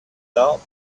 thought